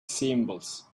symbols